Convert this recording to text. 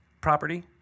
property